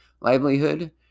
livelihood